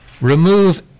remove